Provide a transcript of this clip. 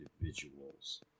individuals